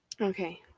Okay